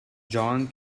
john